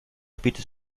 bietet